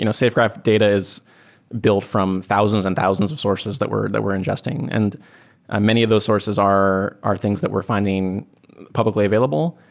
you know safegraph data is built from thousands and thousands of sources that we're that we're ingesting. and ah many of those sources are are things that we're fi nding publicly available.